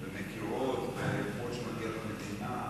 הן מכירות ואומרות שמגיעה לו מדינה.